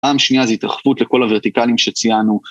פעם שנייה זו התרחבות לכל הוורטיקלים שציינו.